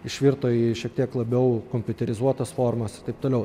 išvirto į šiek tiek labiau kompiuterizuotas formas ir taip toliau